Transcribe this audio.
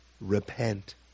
Repent